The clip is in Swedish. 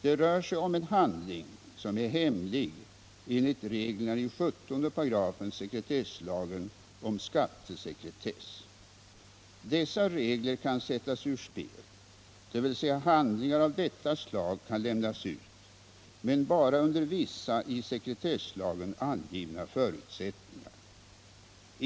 Det rör sig om en handling som är hemlig enligt reglerna i 17 § sekretesslagen om skattesekretess. Dessa regler kan sättas ur spel, dvs. handlingar av detta slag kan lämnas ut, men bara under vissa i sekretesslagen angivna förutsättningar.